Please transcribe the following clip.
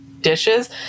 dishes